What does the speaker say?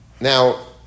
Now